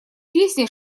песни